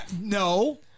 No